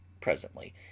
presently